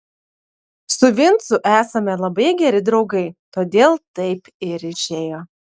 su vincu esame labai geri draugai todėl taip ir išėjo